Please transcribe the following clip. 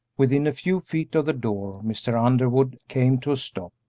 within a few feet of the door mr. underwood came to a stop,